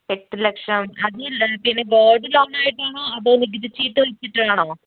എട്ട് ലക്ഷം അത് പിന്നെ ഗോള്ഡ് ലോണ് ആയിട്ടാണോ അതോ നികുതി ചീട്ട് വെച്ചിട്ടാണോ